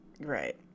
Right